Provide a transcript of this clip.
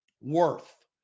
worth